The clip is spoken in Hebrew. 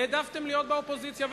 העדפתם להיות באופוזיציה,